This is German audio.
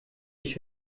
ich